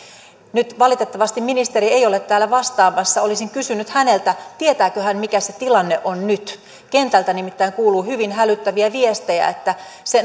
nyt valitettavasti ministeri ei ole täällä vastaamassa olisin kysynyt häneltä tietääkö hän mikä se tilanne on nyt kentältä nimittäin kuuluu hyvin hälyttäviä viestejä että se